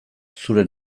zure